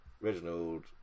Reginald